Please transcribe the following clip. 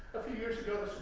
a few years ago,